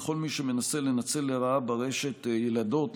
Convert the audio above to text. בכל מי שמנסה לנצל לרעה ברשת ילדות,